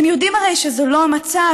אתם יודעים הרי שזה לא המצב.